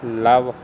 love